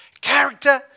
character